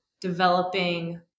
developing